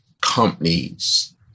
companies